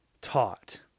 taught